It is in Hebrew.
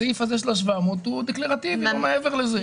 הסעיף הזה של ה-700 הוא דקלרטיבי, לא מעבר לזה.